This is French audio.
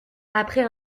après